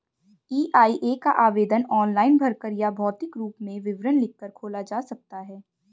EIA का आवेदन online भरकर या भौतिक रूप में विवरण लिखकर खोला जा सकता है